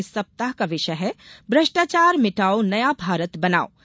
इस सप्ताह का विषय है भ्रष्टाचार मिटाओ नया भारत बनाओ